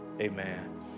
Amen